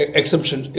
exception